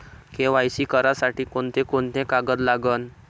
KYC करासाठी कोंते कोंते कागद लागन?